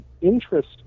interest